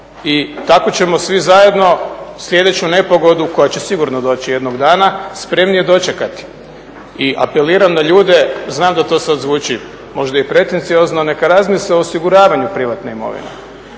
i tako ćemo svi zajedno sljedeću nepogodu, koja će sigurno doći jednoga dana, spremnije dočekati. I apeliram na ljude, znam da to sad zvuči možda i pretenciozno, neka razmisle o osiguravanju privatne imovine.